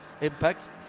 impact